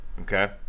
Okay